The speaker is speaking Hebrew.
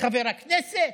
חבר הכנסת,